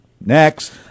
Next